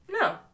no